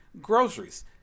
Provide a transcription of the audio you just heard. groceries